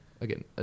Again